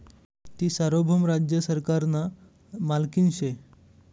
ती सार्वभौम राज्य सरकारना मालकीनी शे